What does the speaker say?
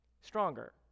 Stronger